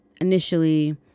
initially